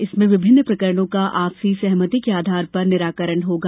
इसमें विभिन्न प्रकरणों का आपसी सहमति के आधार पर निराकरण होगा